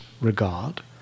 regard